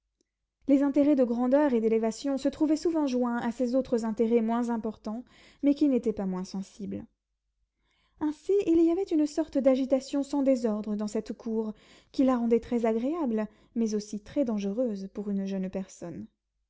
les intérêts de grandeur et d'élévation se trouvaient souvent joints à ces autres intérêts moins importants mais qui n'étaient pas moins sensibles ainsi il y avait une sorte d'agitation sans désordre dans cette cour qui la rendait très agréable mais aussi très dangereuse pour une jeune personne